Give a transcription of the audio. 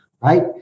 right